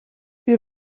wir